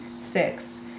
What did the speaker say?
six